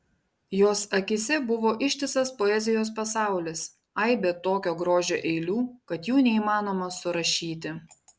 jos akyse buvo ištisas poezijos pasaulis aibė tokio grožio eilių kad jų neįmanoma surašyti